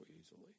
easily